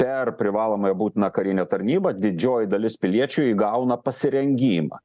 per privalomąją būtinąją karinę tarnybą didžioji dalis piliečių įgauna pasirengimą